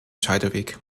scheideweg